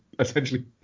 Essentially